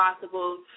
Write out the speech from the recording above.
possible